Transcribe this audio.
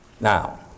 Now